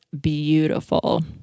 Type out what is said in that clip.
beautiful